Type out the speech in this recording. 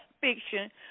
fiction